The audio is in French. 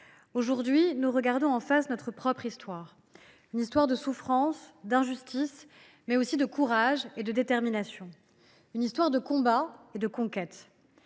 aujourd’hui, nous regardons en face notre propre histoire, une histoire de souffrances, d’injustices, mais aussi de courage et de détermination, une histoire de combats et de conquêtes,